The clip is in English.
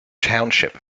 township